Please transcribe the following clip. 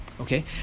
Okay